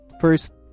First